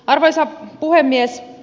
arvoisa puhemies